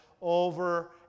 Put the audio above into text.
over